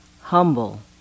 humble